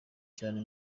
cyane